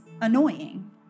annoying